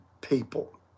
people